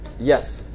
Yes